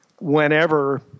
Whenever